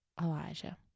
Elijah